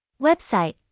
Website